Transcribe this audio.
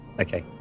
Okay